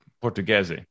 Portuguese